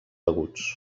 aguts